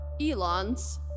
Elons